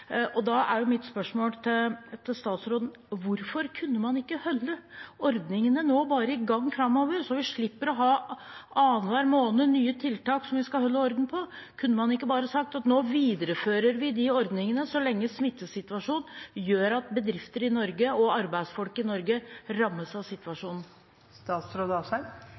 Da er mitt spørsmål til statsråden: Hvorfor kunne man ikke holde ordningene i gang framover, så vi slipper at det annenhver måned er nye tiltak å holde orden på? Kunne man ikke bare sagt at nå viderefører vi de ordningene så lenge smittesituasjonen gjør at bedrifter og arbeidsfolk i Norge rammes av situasjonen?